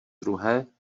druhé